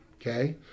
okay